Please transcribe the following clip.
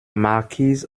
marquise